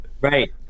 Right